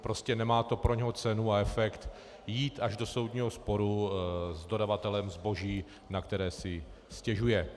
Prostě nemá to pro něho cenu a efekt jít až do soudního sporu s dodavatelem zboží, na které si stěžuje.